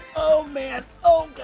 oh, man. oh,